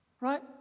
Right